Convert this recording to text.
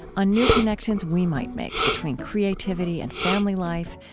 on new connections we might make between creativity and family life,